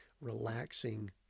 relaxing